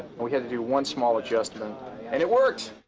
we had to do one small adjustment and it worked!